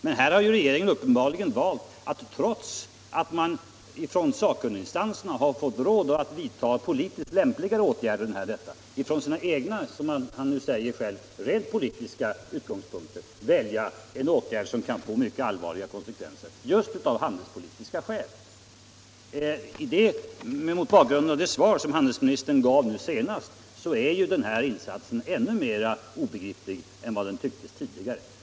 Men här har regeringen uppenbarligen — trots att sakkunniginstanserna pekat på alternativ — ändå valt en åtgärd som kan få mycket allvarliga handelspolitiska konsekvenser. Mot bakgrund av det besked handelsministern lämnade nu senast är den här insatsen ännu mer obegriplig än den tycktes tidigare.